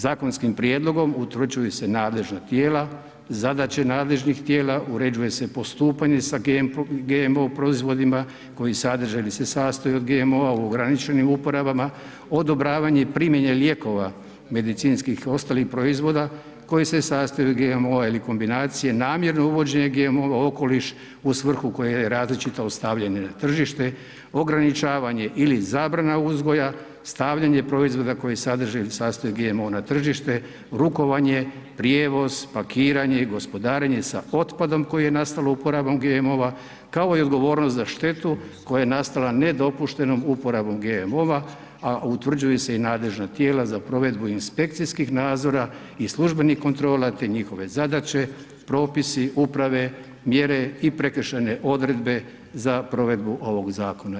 Zakonskim prijedlogom utvrđuju se nadležna tijela, zadaće nadležnih tijela, uređuje se postupanje sa GMO proizvodima, koji sadrže ili se sastoji od GMO-a u ograničenim oporabama, odobravanje primjene lijekova medicinskih i ostalih proizvoda koji se sastoje od GMO-a ili kombinacije, namjerno uvođenje GMO-a u okoliš u svrhu koja je različita od stavljanja na tržište, ograničavanje ili zabrana uzgoja, stavljanje proizvoda koji sadrže ili se sastoje od GMO-a na tržište, rukovanje, prijevoz, pakiranje i gospodarenje sa otpadom koji je nastalo uporabom GMO-a, kao i odgovornost za štetu koja je nastala nedopuštenom uporabom GMO-a, a utvrđuju se i nadležna tijela za provedbu inspekcijskih nadzora i službenih kontrola te njihove zadaće, propisi, uprave, mjere i prekršajne odredbe za provedbu ovog zakona.